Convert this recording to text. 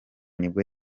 nibwo